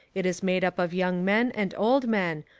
it is made up of young men and old men,